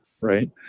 right